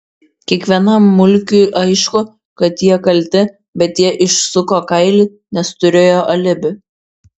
kiekvienam mulkiui aišku kad jie kalti bet jie išsuko kailį nes turėjo alibi